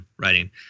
writing